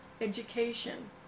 education